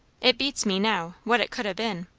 it beats me now, what it could ha' been.